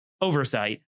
oversight